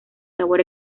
sabor